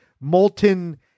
Molten